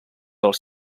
els